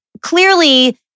clearly